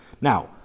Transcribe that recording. Now